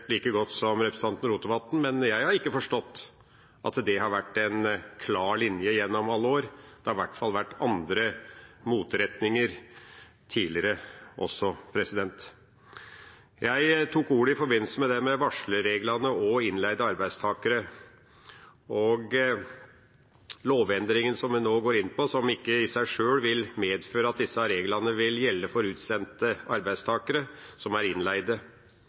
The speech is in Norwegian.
like godt som representanten Rotevatn, men jeg har ikke forstått at det har vært en klar linje gjennom alle år. Det har i hvert fall vært andre motretninger tidligere også. Jeg tok ordet i forbindelse med varslerreglene og innleide arbeidstakere. Lovendringen som vi nå går inn på, vil ikke i seg sjøl medføre at disse reglene vil gjelde for utsendte arbeidstakere som er